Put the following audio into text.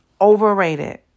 overrated